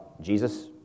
Jesus